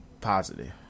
positive